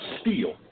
steal